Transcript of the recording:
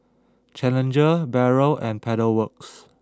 Challenger Barrel and Pedal Works